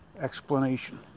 explanation